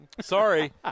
Sorry